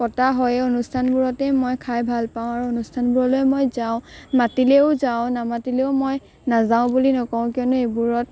পতা হয় এই অনুষ্ঠানবোৰতেই মই খাই ভাল পাওঁ আৰু অনুষ্ঠানবোৰলৈ মই যাওঁ মাতিলেও যাওঁ নামাতিলেও মই নাযাওঁ বুলি নকওঁ কিয়নো এইবোৰত